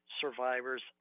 survivors